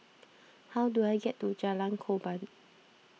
how do I get to Jalan Korban